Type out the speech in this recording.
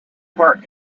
park